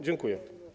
Dziękuję.